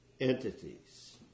entities